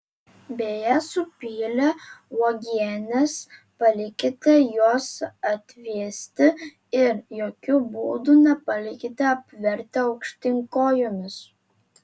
beje supylę uogienes palikite juos atvėsti ir jokiu būdu nepalikite apvertę aukštyn kojomis